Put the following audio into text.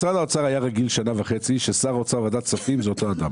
משרד האוצר היה רגיל שנה וחצי ששר האוצר וועדת הכספים זה אותו אדם,